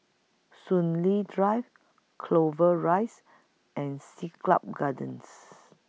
Soon Lee Drive Clover Rise and Siglap Gardens